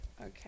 Okay